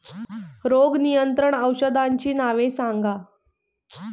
रोग नियंत्रण औषधांची नावे सांगा?